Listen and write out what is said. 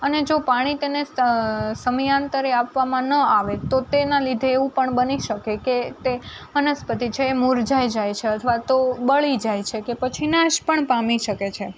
અને જો પાણી તેને સમયાંતરે આપવામાં ન આવે તો તેના લીધે એવું પણ બની શકે કે તે વનસ્પતિ છે એ મુરઝાઈ જાય છે અથવા તો બળી જાય છે કે પછી નાશ પણ પામી શકે છે